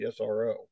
SRO